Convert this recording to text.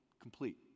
Complete